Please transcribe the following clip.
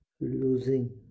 losing